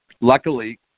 luckily